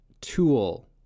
tool